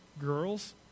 girls